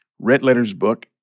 redlettersbook